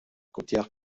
côtière